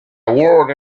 world